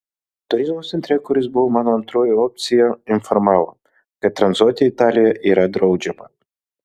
turizmo centre kuris buvo mano antroji opcija informavo kad tranzuoti italijoje yra draudžiama